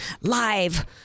live